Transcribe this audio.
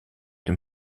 dem